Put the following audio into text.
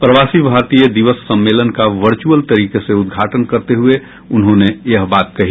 प्रवासी भारतीय दिवस सम्मेलन का वर्च्यअल तरीके से उद्घाटन करते हुए उन्होंने यह बात कही